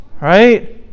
right